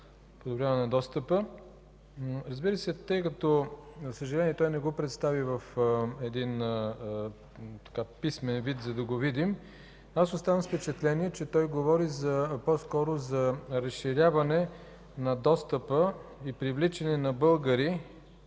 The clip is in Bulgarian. „Подобряване на достъпа”. Тъй като, за съжаление, не го представи в писмен вид, за да го видим, оставам с впечатление, че той говори по-скоро за разширяване на достъпа и привличане на българи